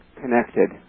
connected